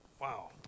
Wow